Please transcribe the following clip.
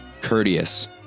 courteous